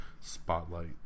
Spotlight